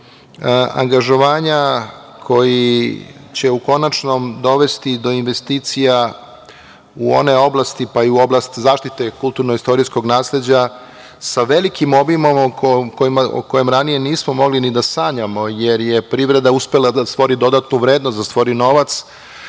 angažovanja koji će u konačnom dovesti do investicija u one oblasti, pa i u oblast zaštite kulturno-istorijskog nasleđa sa velikim obimom o kojem ranije nismo mogli ni da sanjamo jer je privreda uspela da stvori dodatnu vrednost, da stvori novac